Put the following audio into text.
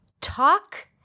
Talk